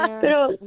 pero